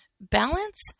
Balance